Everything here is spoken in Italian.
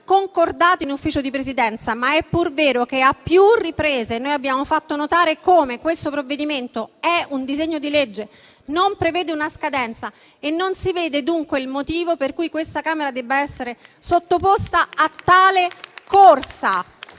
concordati in Ufficio di Presidenza. Ma è pur vero che a più riprese noi abbiamo fatto notare come questo provvedimento sia un disegno di legge che non prevede una scadenza. Non si vede dunque il motivo per cui questa Camera debba essere sottoposta a tale corsa